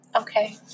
Okay